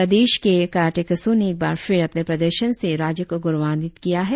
प्रदेश के कराटेकसों ने एक बार फिर अपने प्रदर्शन से राज्य को गौरवान्वित किया है